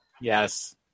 Yes